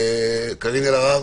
קארין אלהרר.